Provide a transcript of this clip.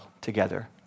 together